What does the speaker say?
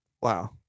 Wow